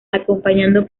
acompañando